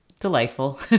delightful